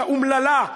האומללה,